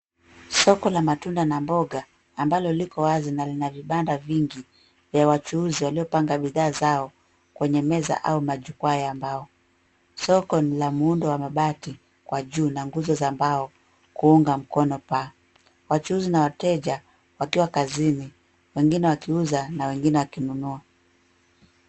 Soko la matunda na mboga ambalo liko wazi na lina vibanda vingi vya wachuuzi waliopanga bidhaa zao kwenye meza au majukwaa ya mbao. Soko ni la muundo wa mabati kwa juu na nguzo za mbao kuunga mkono paa. Wachuuzi na wateja wakiwa kazini wengine wakiuza na wengine wakinunua.